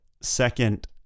second